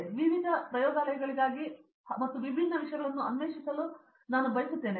ಹಾಗಾಗಿ ವಿವಿಧ ಪ್ರಯೋಗಾಲಯಗಳಿಗಾಗಿ ಮತ್ತು ವಿಭಿನ್ನ ವಿಷಯಗಳನ್ನು ಅನ್ವೇಷಿಸಲು ನಾನು ಬಯಸುತ್ತೇನೆ